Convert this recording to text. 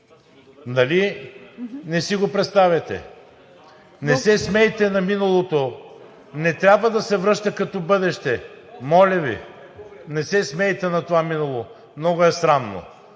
не си го представяте? Не се смейте на миналото, не трябва да се връща като бъдеще. Моля Ви, не се смейте на това минало, много е срамно!